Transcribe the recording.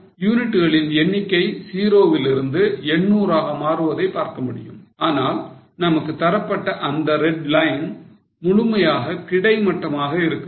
யூனிட்களின் எண்ணிக்கை 0 வில் இருந்து 800 ஆக மாறுவதை பார்க்கமுடியும் ஆனால் நமக்கு தரப்பட்ட அந்த ரெட் லைன் முழுமையாக கிடைமட்டமாக இருக்கிறது